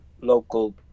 local